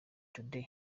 today